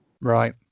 Right